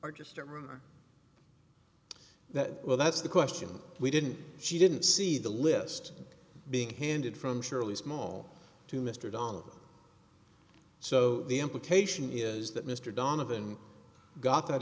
or just a rumor that well that's the question we didn't she didn't see the list being handed from surely small to mr dollar so the implication is that mr donovan got that